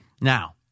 Now